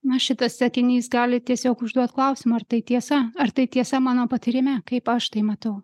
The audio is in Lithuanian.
na šitas sakinys gali tiesiog užduot klausimą ar tai tiesa ar tai tiesa mano patyrime kaip aš tai matau